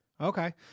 okay